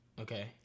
Okay